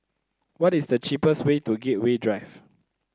what is the cheapest way to Gateway Drive